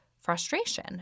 frustration